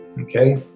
okay